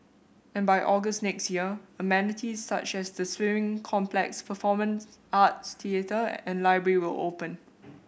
and by August next year amenities such as the swimming complex performance arts theatre and library will open